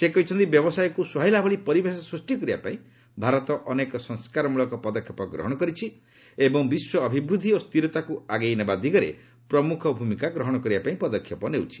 ସେ କହିଛନ୍ତି ବ୍ୟବସାୟକୁ ସୁହାଇଲାଭଳି ପରିବେଶ ସ୍ବଷ୍ଟି କରିବା ପାଇଁ ଭାରତ ଅନେକ ସଂସ୍କାରମୂଳକ ପଦକ୍ଷେପ ଗ୍ରହଣ କରିଛି ଏବଂ ବିଶ୍ୱ ଅଭିବୃଦ୍ଧି ଓ ସ୍ଥିରତାକୁ ଆଗେଇ ନେବା ଦିଗରେ ପ୍ରମୁଖ ଭୂମିକା ଗ୍ରହଣ କରିବା ପାଇଁ ପଦକ୍ଷେପ ନେଉଛି